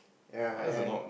ya and